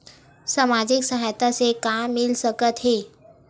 सामाजिक सहायता से का मिल सकत हे?